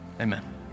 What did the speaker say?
Amen